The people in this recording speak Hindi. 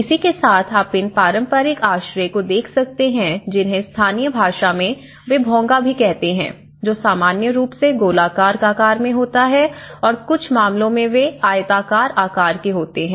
इसी के साथ आप इन पारंपरिक आश्रय को देख सकते हैं जिन्हें स्थानीय भाषा में वे भोंगा भी कहते हैं जो सामान्य रूप से गोलाकार आकार में होता है और कुछ मामलों में वे आयताकार आकार के होते हैं